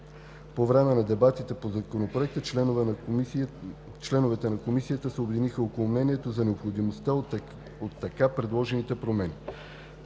По време на дебатите по законопроекта членовете на комисията се обединиха около мнението за необходимостта от така предложените промени.